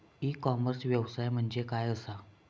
E commerce व्यवसाय म्हणजे काय असा?